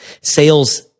sales